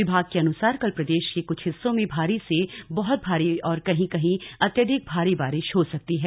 विभाग के अनुसार कल प्रदेश के कुछ हिस्सों में भारी से बहुत भारी और कहीं कहीं अत्यधिक भारी बारिश हो सकती है